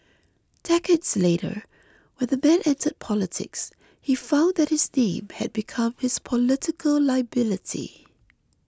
decades later when the man entered politics he found that his name had become his political liability